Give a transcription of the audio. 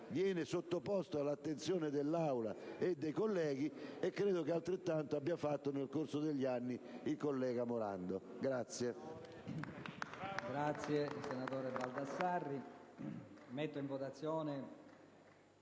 viene sottoposto all'attenzione dell'Aula e dei colleghi, e credo che altrettanto abbia fatto, nel corso degli anni, il collega Morando.